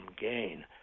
gain